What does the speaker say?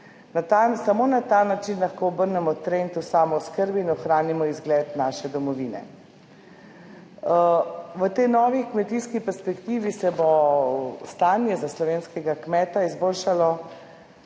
Samo na ta način lahko obrnemo trend o samooskrbi in ohranimo izgled naše domovine. V tej novi kmetijski perspektivi se bo stanje za slovenskega kmeta izboljšalo